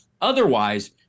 Otherwise